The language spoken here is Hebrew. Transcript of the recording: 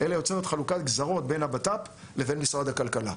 אלא יוצרת חלוקת גזרות בין הבט"פ לבין משרד הכלכלה.